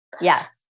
Yes